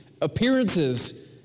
Appearances